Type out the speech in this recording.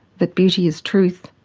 that beauty is truth,